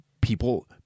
people